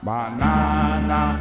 Banana